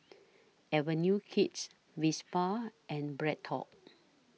Avenue Kids Vespa and BreadTalk